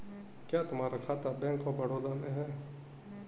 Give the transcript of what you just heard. क्या तुम्हारा खाता बैंक ऑफ बड़ौदा में है?